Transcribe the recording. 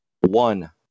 One